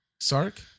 Sark